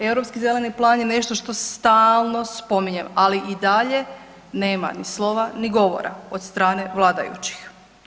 Europski zeleni plan je nešto što stalno spominjem, ali i dalje nema ni slova ni govora od strane vladajućih.